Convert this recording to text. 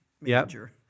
major